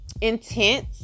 intense